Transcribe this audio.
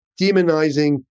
demonizing